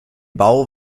bau